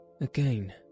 Again